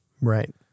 Right